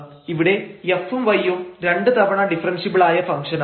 ഇവിടെ f ഉം y ഉം രണ്ട് തവണ ഡിഫറൻഷ്യബിളായ ഫംഗ്ഷൻ ആണ്